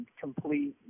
complete